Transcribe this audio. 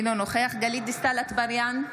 אינו נוכח גלית דיסטל אטבריאן,